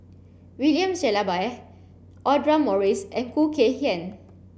William Shellabear Audra Morrice and Khoo Kay Hian